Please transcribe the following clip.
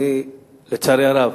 לצערי הרב,